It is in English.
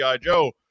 Joe